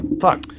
fuck